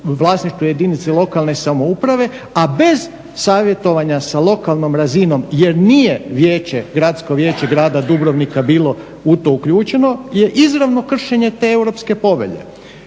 vlasništvu jedinice lokalne samouprave a bez savjetovanja sa lokalnom razinom jer nije vijeće, Gradsko vijeće grada Dubrovnika bilo u to uključeno je izravno kršenje te Europske povelje.